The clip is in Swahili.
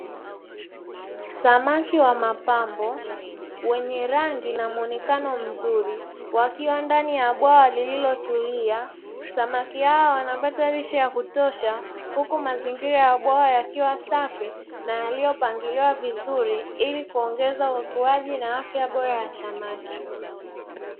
Samaki wa mapambo wenye rangi na muonekano mzuri wakiwa ndani ya bwawa lililo tulia. Samaki hawa wanapata lishe ya kutosha huku mazingira ya bwawa yakiwa safi na yaliyo pangiliwa vizuri ili kuongeza uokoaji na afya bora ya samaki.